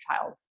child